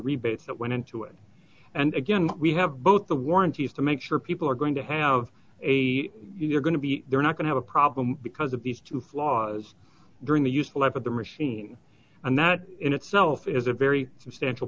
rebates that went into it and again we have both the warranties to make sure people are going to have a you're going to be they're not going to have a problem because of these two flaws during the useful ep of the machine and that in itself is a very substantial